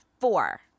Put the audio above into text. four